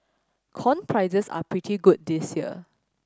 corn prices are pretty good this year